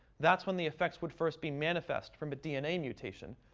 that's when the effects would first be manifest from a dna mutation.